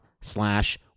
slash